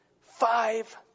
Five